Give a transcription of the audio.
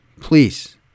please